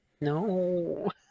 no